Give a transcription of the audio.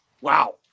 Wow